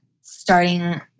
starting